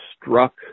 struck